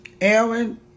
Aaron